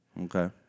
Okay